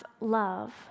love